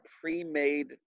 pre-made